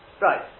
Right